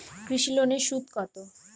কৃষি লোনের সুদ কত?